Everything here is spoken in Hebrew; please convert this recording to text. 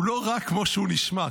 הוא לא רק כמו שהוא נשמע,